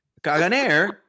Caganer